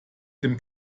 dem